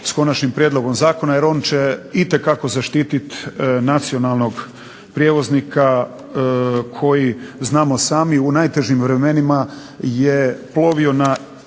s konačnim prijedlogom zakona jer on će itekako zaštiti nacionalnog prijevoznika koji znamo sami u najtežim vremenima je plovio na